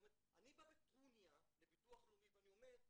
אני בא בטרוניה לביטוח לאומי ואני אומר,